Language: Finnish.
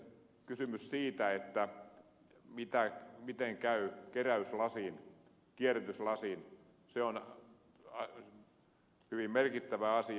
kysymys siitä miten käy keräyslasin kierrätyslasin on hyvin merkittävä asia